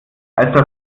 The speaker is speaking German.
als